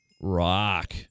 rock